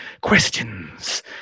Questions